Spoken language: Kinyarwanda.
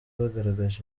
bagaragaje